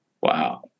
Wow